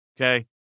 Okay